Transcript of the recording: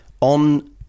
on